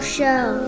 Show